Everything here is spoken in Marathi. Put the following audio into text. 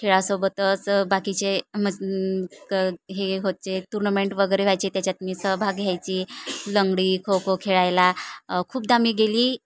खेळासोबतच बाकीचे मज् क हे व्हायचे टूर्नमेंट वगैरे व्हायचे त्याच्यात मी सहभाग घ्यायची लंगडी खो खो खेळायला खूपदा गेली